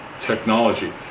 technology